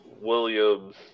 Williams